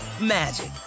magic